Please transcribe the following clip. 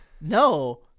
no